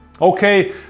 okay